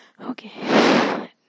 Okay